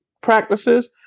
practices